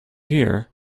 here